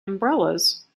umbrellas